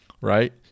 right